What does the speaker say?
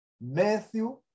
Matthew